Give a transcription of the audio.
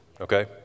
okay